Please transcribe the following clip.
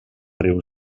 riu